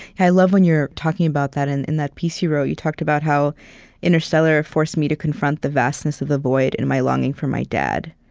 love when you're talking about that, and in that piece you wrote. you talked about how interstellar forced me to confront the vastness of the void in my longing for my dad.